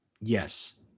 Yes